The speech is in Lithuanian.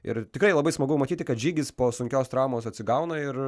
ir tikrai labai smagu matyti kad žygis po sunkios traumos atsigauna ir